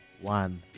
one